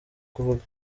kuvuga